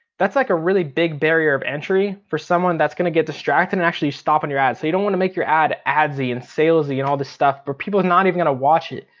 that's like a really big barrier of entry, for someone that's gonna get distracted and actually stop on your ad. so you want to make your ad adsy and salesy and all this stuff where people are not even gonna watch it.